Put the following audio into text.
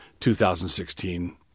2016